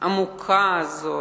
העמוקה הזאת.